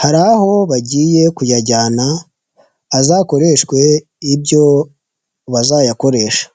hari aho bagiye kuyajyana azakoreshwe ibyo bazayakoresha.